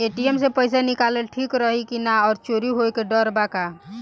ATM से पईसा निकालल ठीक रही की ना और चोरी होये के डर बा का?